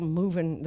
moving